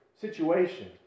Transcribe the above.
situation